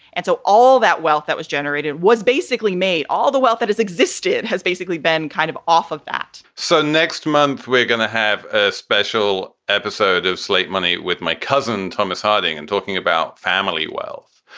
and so all that wealth that was generated was basically made. all the wealth that has existed has basically been kind of off of that so next month, we're going to have a special episode of slate money with my cousin thomas harding and talking about family wealth.